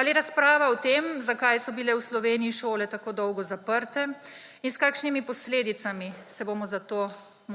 Ali razprava o tem, zakaj so bile v Sloveniji šole tako dolgo zaprte in s kakšnimi posledicami se bomo zato